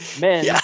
men